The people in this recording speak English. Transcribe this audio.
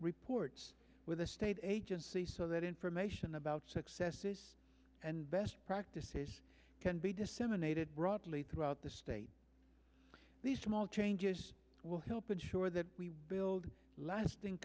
reports with the state agency so that information about successes and best practices can be disseminated broadly throughout the state these small changes will help ensure that we build lasting